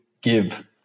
give